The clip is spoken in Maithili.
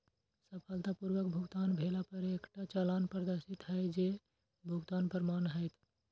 सफलतापूर्वक भुगतान भेला पर एकटा चालान प्रदर्शित हैत, जे भुगतानक प्रमाण हैत